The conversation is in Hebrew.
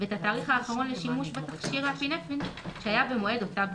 ואת התאריך האחרון לשימוש בתכשיר האפינפרין שהיה במועד אותה בדיקה.